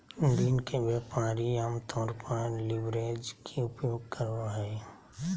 दिन के व्यापारी आमतौर पर लीवरेज के उपयोग करो हइ